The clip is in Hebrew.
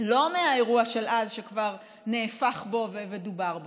לא מהאירוע של אז, שכבר נהפך בו ומדובר בו.